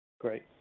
Great